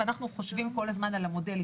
ואנחנו חושבים כל הזמן על המודלים,